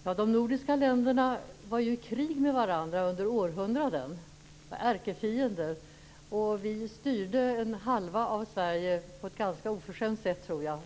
Fru talman! De nordiska länderna var ju i krig med varandra under århundraden. De var ärkefiender. Vi styrde en halva av Sverige, den finska halvan, på ett ganska oförskämt sätt, tror jag.